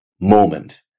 moment